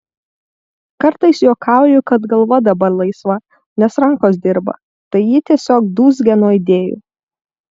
kartais juokauju kad galva dabar laisva nes rankos dirba tai ji tiesiog dūzgia nuo idėjų